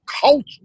culture